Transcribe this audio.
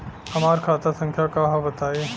हमार खाता संख्या का हव बताई?